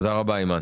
תודה רבה אימאן.